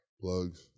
Plugs